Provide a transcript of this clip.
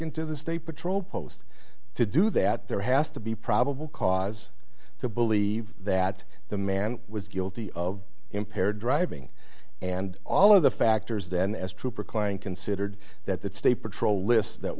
to the state patrol post to do that there has to be probable cause to believe that the man was guilty of impaired driving and all of the factors then as trooper kline considered that the state patrol lists that